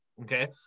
Okay